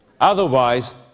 Otherwise